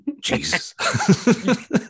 Jesus